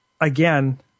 again